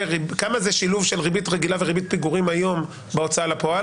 וכמה זה שילוב של ריבית רגילה וריבית פיגורים היום בהוצאה בפועל?